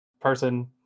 person